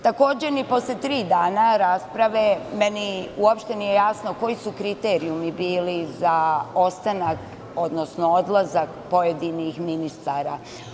Takođe ni posle tri dana rasprave meni uopšte nije jasno koji su kriterijumi bili za ostanak, odnosno odlazak pojedinih ministara.